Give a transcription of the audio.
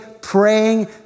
praying